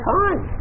time